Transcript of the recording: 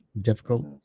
difficult